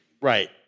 Right